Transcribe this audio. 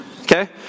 Okay